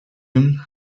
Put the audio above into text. him